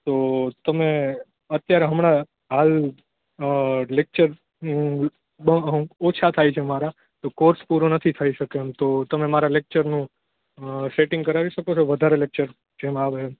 તો તમે અત્યારે હમણાં હાલ લેક્ચરનું ઓછા થાય છે મારા તો કોર્સ પૂરો નથી થઈ શકે એમ તમે મારા લેક્ચરનું સેટિંગ કરાવી શકશો વધારે લેક્ચર જેમ આવે એમ